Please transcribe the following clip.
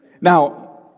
Now